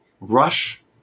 rush